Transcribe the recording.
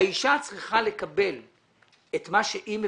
האישה צריכה לקבל את מה שהיא מבקשת.